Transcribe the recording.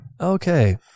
Okay